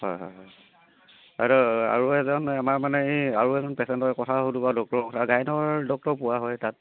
হয় হয় আৰু এজন আমাৰ মানে আৰু এজন পেচেণ্টৰ কথা সুধো বাৰু ডক্টৰৰ কথা গাইনোৰ ডক্টৰ পোৱা হয় তাত